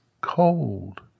cold